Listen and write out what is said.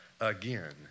again